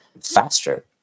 faster